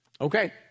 Okay